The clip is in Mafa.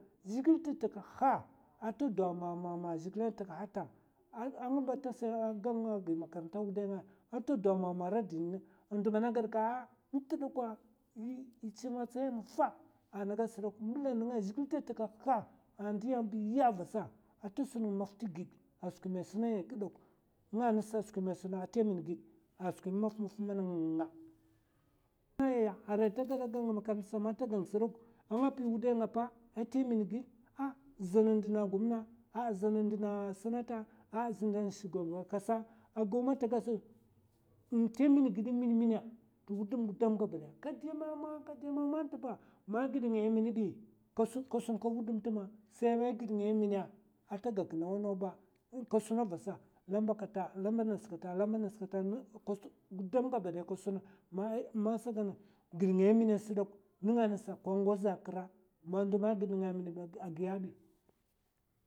Zhègil da takaha ata dwa mamama a zhègila ntakahata, a ng ba tasa gan gi makaranta mana wudai nga, ata dwa mama ra di ndo mana gadka ah ntdakwa i chi matsayi mafa ana gad sdok m'mblanènga zhègil da takaha a ndiya biya'a vasa ata sun ng maf tigid a skwi man è suna yant dok, nènga ngasa skwi man è suna ata min gid, a skwin mafmaf mana nganga nga. aya arai ta gada gan makaran tsa man ta gan smadok a nga pi wudai pa ata min gid. Ah zan ndna gomna, ah zan ndna sènata, ah zan ndna shugaban kasa, a gaw mè ta gad sdok? Tè min gid in min mina wudum gudam gabadaya. kèdè mama kèdè mama tant ba, man gid ngai in min bi ba, ka sun ka wudum tma sai ma gid ngai in mina. ata gak nawa naw ba ka suna vasa. lamba kata, lamba nas kata, lamba nas kata gudam ba gadai ka suna. man sa gan gid ngai in min sdok nènga ngas ko ngoza a kra, ma ndu ma gid nènga min ai, a giya ai.